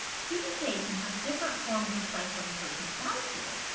cdk can have different forms of cyclin protein bound to it.